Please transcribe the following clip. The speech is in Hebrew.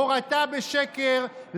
הורתה בשקר,